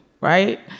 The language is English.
Right